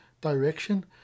direction